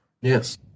yes